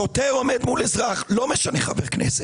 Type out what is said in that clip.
שוטר עומד מול אזרח, לא משנה שזה חבר כנסת,